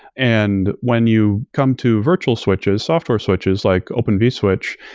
and when you come to virtual switches, software switches like open vswitch,